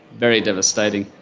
very devastating.